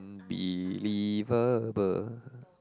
believable